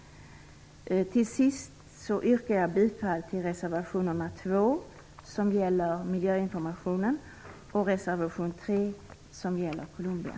Till sist yrkar jag bifall till reservation 2 om miljöinformationen och till reservation 3 om Colombia.